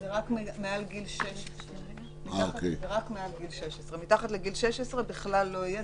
זה רק מעל גיל 16. מתחת לגיל 16 בכלל לא יהיה,